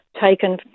taken